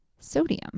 sodium